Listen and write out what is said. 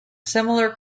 similar